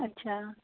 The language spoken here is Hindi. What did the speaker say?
अच्छा